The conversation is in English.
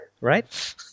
Right